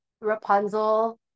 Rapunzel